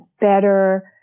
better